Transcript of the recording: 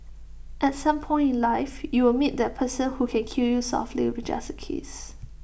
at some point in life you will meet that person who can kill you softly with just A kiss